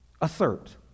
assert